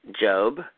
Job